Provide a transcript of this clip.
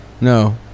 No